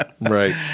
Right